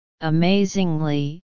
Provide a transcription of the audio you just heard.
amazingly